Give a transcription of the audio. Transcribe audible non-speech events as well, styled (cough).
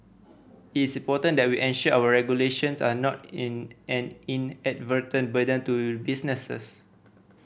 it's important that we ensure our regulations are not (unintelligible) an inadvertent burden to businesses